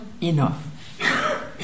enough